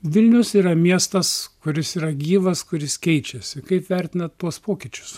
vilnius yra miestas kuris yra gyvas kuris keičiasi kaip vertinat tuos pokyčius